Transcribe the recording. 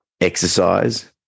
exercise